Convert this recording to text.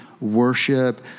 worship